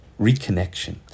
reconnection